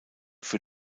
für